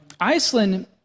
Iceland